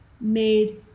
made